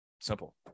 Simple